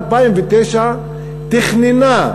ב-2009 תכננה,